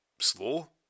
slow